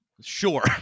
Sure